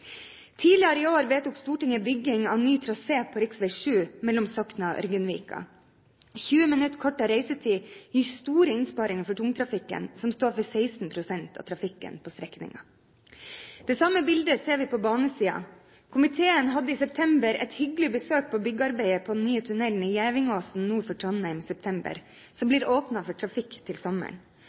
Tidligere i år vedtok Stortinget bygging av ny trasé på rv. 7 mellom Sokna og Ørgenvika. 20 minutter kortere reisetid gir store innsparinger for tungtrafikken, som står for 16 pst. av trafikken på strekningen. Det samme bildet ser vi på banesiden. Komiteen hadde i september et hyggelig besøk på byggearbeidet på den nye tunnelen i Gevingåsen nord for Trondheim, som blir åpnet for trafikk til sommeren.